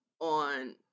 on